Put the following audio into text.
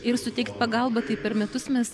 ir suteikt pagalbą tai per metus mes